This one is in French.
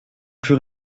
plus